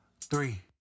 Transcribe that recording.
three